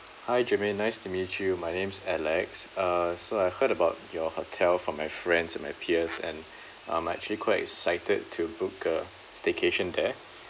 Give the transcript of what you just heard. hi germaine nice to meet you my name's alex uh so I heard about your hotel from my friends and my peers and I'm actually quite excited to book a staycation there